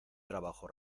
trabajo